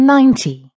Ninety